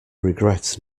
regret